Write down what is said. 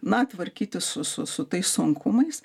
na tvarkytis su su su tais sunkumais